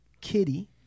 kitty